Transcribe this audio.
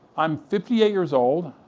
i'm fifty eight years old,